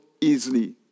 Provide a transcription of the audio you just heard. easily